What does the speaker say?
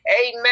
Amen